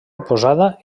oposada